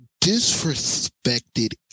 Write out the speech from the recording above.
disrespected